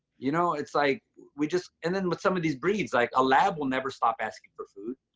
you know, it's like we just, and then with some of these breeds, like a lab will never stop asking for food.